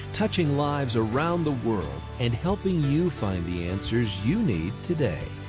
touching lives around the world, and helping you find the answers you need today.